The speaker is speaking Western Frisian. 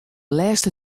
lêste